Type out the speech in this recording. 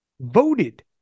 voted